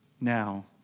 now